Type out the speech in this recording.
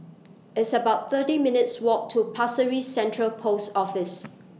It's about thirty minutes' Walk to Pasir Ris Central Post Office